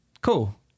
cool